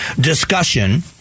discussion